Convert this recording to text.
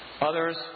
Others